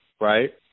Right